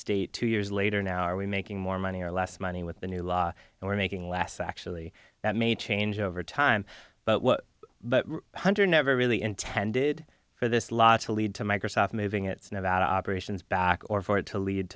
state two years later now are we making more money or less money with the new law and we're making less actually that may change over time but what but one hundred never really intended for this law to lead to microsoft moving its nevada operations back or for it to lead